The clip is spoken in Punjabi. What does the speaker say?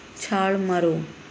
ਛਾਲ ਮਾਰੋ